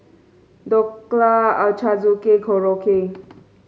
Dhokla Ochazuke Korokke